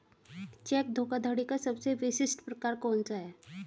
Check धोखाधड़ी का सबसे विशिष्ट प्रकार कौन सा है?